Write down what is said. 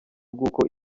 rw’uko